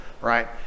Right